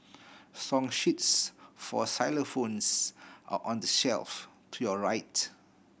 song sheets for xylophones are on the shelf to your right